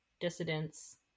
dissidents